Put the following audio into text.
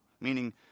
meaning